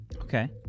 Okay